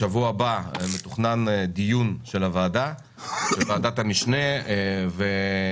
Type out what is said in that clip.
בשבוע הבא מתוכנן דיון של ועדת המשנה שתקום.